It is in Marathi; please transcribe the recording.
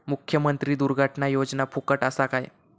मुख्यमंत्री दुर्घटना योजना फुकट असा काय?